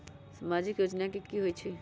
समाजिक योजना की होई छई?